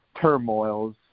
turmoils